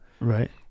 Right